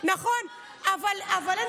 אבל זה יהיה במשרד לקידום מעמד האישה.